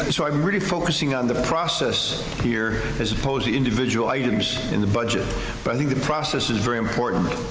and so i'm really focusing on the process here as opposed to individual items in the budget, but i think the process is very important.